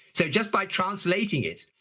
so just by translating it,